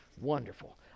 wonderful